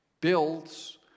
builds